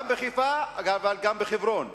גם בחיפה וגם בחברון,